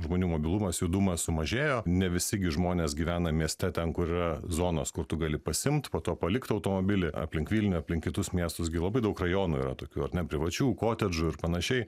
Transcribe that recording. žmonių mobilumas judumas sumažėjo ne visi gi žmonės gyvena mieste ten kur yra zonos kur tu gali pasiimt po to palikt automobilį aplink vilnių aplink kitus miestus gi labai daug rajonų yra tokių ar ne privačių kotedžų ir panašiai